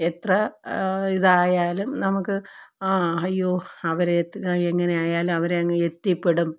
എത്ര ഇതായാലും നമുക്ക് ആ അയ്യോ അവര് എങ്ങനെ ആയാലും അവര് അങ്ങ് എത്തിപ്പെടും